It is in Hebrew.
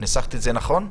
ניסחתי נכון?